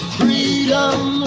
freedom